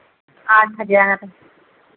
आठ हज़ार